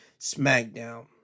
Smackdown